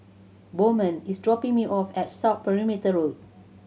Bowman is dropping me off at South Perimeter Road